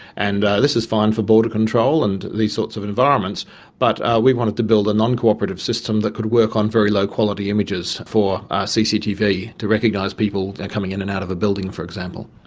and this is fine for border control and these sorts of environments but we wanted to build a non-cooperative system that could work on very low quality images for cctv to recognise people coming in and out of the building, for example.